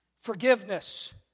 Forgiveness